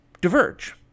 diverge